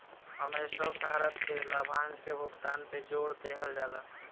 इमें स्टॉक धारक के लाभांश के भुगतान पे जोर देहल जाला